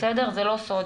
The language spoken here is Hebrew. זה לא סוד,